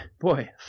boy